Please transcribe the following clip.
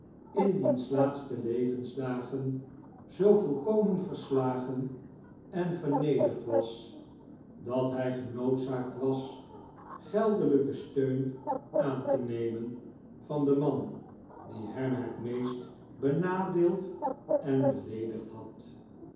in diens laatste levensdagen zoo volkomen verp pi i p slagen en vernederd was dat hij genoodzaakt was geldelijken steun aan te nemen p j p van den man die hem het meest benadeeld en beleedigd had